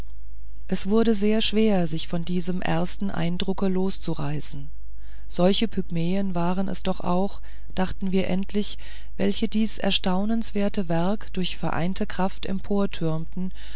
es wurde sehr schwer sich von diesem ersten eindrucke loszureißen solche pygmäen waren es doch auch dachten wir endlich welche dies erstaunenswerte werk durch vereinte kraft